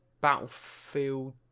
Battlefield